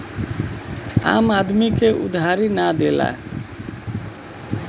आम आदमी के उधारी ना देला